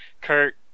Kurt